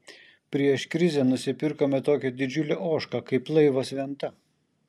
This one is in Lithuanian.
prieš krizę nusipirkome tokią didžiulę ožką kaip laivas venta